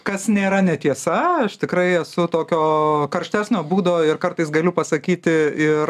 kas nėra netiesa aš tikrai esu tokio karštesnio būdo ir kartais galiu pasakyti ir